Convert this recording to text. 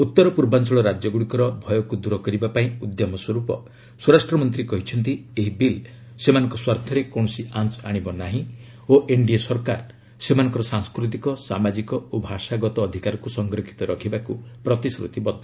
ଉତ୍ତର ପୂର୍ବାଞ୍ଚଳ ରାଜ୍ୟଗୁଡ଼ିକର ଭୟକୁ ଦୂର କରିବା ପାଇଁ ଉଦ୍ୟମ ସ୍ୱର୍ପ ସ୍ୱରାଷ୍ଟ୍ର ମନ୍ତ୍ରୀ କହିଛନ୍ତି ଏହି ବିଲ୍ ସେମାନଙ୍କ ସ୍ୱାର୍ଥରେ କୌଣସି ଆଞ୍ ଆଣିବ ନାହିଁ ଓ ଏନ୍ଡିଏ ସରକାର ସେମାନଙ୍କର ସାଂସ୍କୃତିକ ସାମାଜିକ ଓ ଭାଷାଗତ ଅଧିକାରକୁ ସଂରକ୍ଷିତ ରଖିବାକୁ ପ୍ରତିଶ୍ରୁତିବଦ୍ଧ